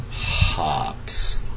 Hops